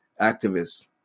activists